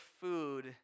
food